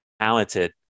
talented